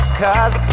cause